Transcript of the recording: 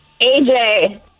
AJ